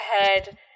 ahead